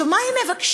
מה הם מבקשים?